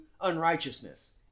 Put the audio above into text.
unrighteousness